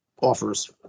offers